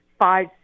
five